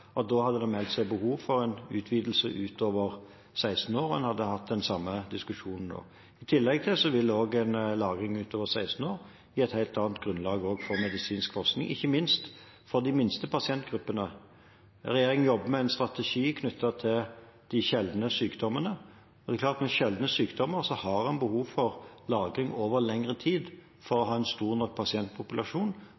en hadde hatt den samme diskusjonen da. I tillegg vil også lagring utover 16 år gi et helt annet grunnlag for medisinsk forskning, ikke minst for de minste pasientgruppene. Regjeringen jobber med en strategi knyttet til de sjeldne sykdommene. Det er klart at for sjeldne sykdommer har en behov for lagring over lengre tid for å